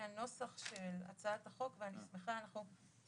הנוסח של הצעת החוק ואני שמחה על החוק.